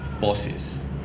bosses